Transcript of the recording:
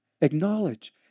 Acknowledge